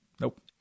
Nope